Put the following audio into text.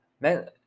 Man